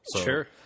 Sure